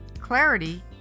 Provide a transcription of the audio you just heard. clarity